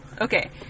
Okay